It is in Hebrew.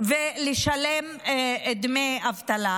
ולשלם את דמי האבטלה.